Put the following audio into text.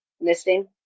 missing